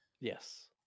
Yes